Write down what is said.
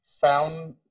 found